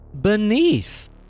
beneath